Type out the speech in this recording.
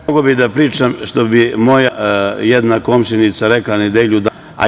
Mogao bih da pričam, što bi moja jedna komšinica rekla, nedelju dana.